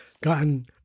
gotten